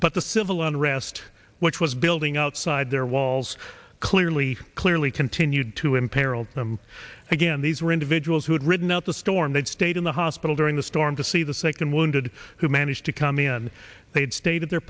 but the civil unrest which was building outside their walls clearly clearly continued to imperil them again these were individuals who had ridden out the storm that stayed in the hospital during the storm to see the second wounded who managed to come in and they had stayed